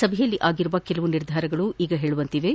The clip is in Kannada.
ಸಭೆಯಲ್ಲಿ ಆಗಿರುವ ಕೆಲವು ನಿರ್ಧಾರಗಳು ಈಗ ಹೇಳುವಂತಿವೆ